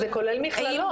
זה כולל מכללות.